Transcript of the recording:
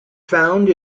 found